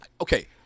Okay